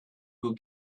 who